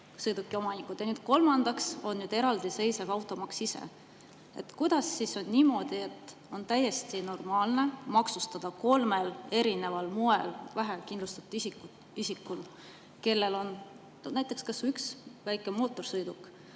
sõidukiomanikud. Ja kolmandaks on eraldiseisev automaks. Kuidas on niimoodi, et on täiesti normaalne maksustada kolmel erineval moel vähekindlustatud isikut, kellel on kas või üks väike mootorsõiduk,